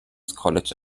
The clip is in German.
college